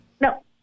No